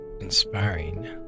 inspiring